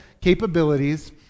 capabilities